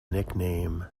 nickname